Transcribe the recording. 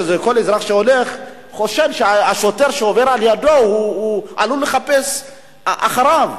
כל אזרח שהולך חושד שהשוטר שעובר לידו עלול לחפש אחריו.